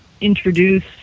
introduce